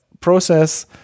process